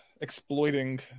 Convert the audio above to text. exploiting